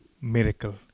miracle